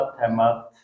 temat